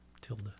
Tilda